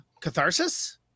catharsis